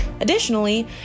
Additionally